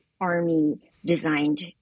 Army-designed